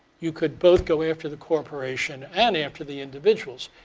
you could both go after the corporation and after the individuals.